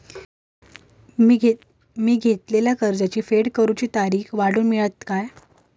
मी घेतलाला कर्ज फेड करूची तारिक वाढवन मेलतली काय?